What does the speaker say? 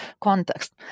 context